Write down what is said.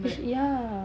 is ya